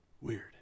Weird